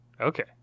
Okay